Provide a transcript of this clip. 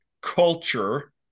culture